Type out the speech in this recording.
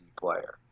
player